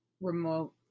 remote